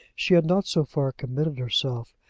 she had not so far committed herself,